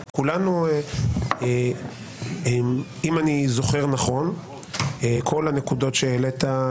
אם אני זוכר נכון, כל הנקודות שהעלית,